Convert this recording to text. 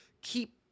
keep